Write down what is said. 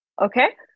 Okay